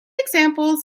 examples